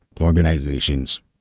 organizations